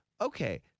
okay